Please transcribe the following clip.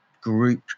group